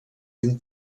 ben